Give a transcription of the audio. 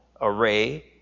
array